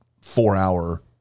four-hour